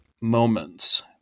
moments